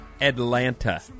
atlanta